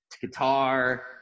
Guitar